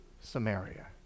Samaria